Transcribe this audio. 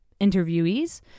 interviewees